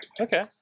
Okay